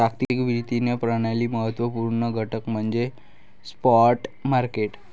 जागतिक वित्तीय प्रणालीचा महत्त्व पूर्ण घटक म्हणजे स्पॉट मार्केट